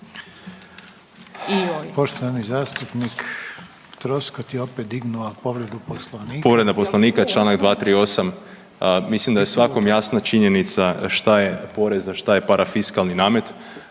Poštovani zastupnik Troskot je opet dignuo povredu Poslovnika. **Troskot, Zvonimir (MOST)** Povreda Poslovnika čl. 238. mislim da je svakom jasna činjenica šta je porez, a šta je parafiskalni namet.